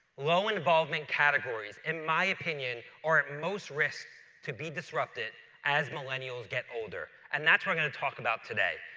low-involvement categories, in my opinion, are at most risk to be disrupted as millennials get older. and that's what i'm going to talk about today.